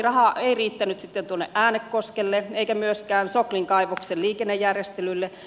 raha ei riittänyt sitten tuonne äänekoskelle eikä myöskään soklin kaivoksen liikennejärjestelylle